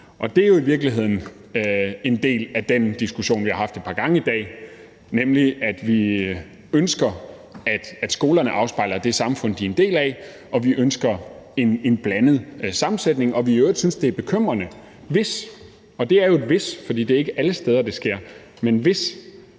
Det er jo i virkeligheden en del af den diskussion, vi har haft et par gange i dag, nemlig at vi ønsker, at skolerne afspejler det samfund, de er en del af, og at vi ønsker en blandet sammensætning, og at vi i øvrigt synes, det er bekymrende, hvis – og det er jo et »hvis«, for det er ikke alle steder, det sker